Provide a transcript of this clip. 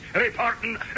reporting